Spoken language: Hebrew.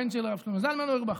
הבן של הרב שלמה זלמן אוירבך.